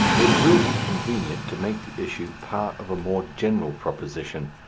it will be convenient to make the issue part of a more general proposition,